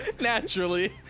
Naturally